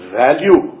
value